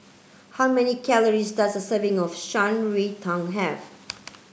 how many calories does a serving of Shan Rui Tang have